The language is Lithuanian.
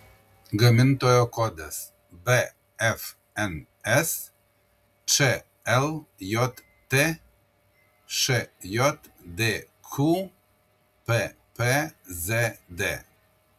gamintojo kodas bfns čljt šjdq ppzd